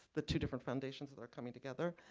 the two different foundations that are coming together,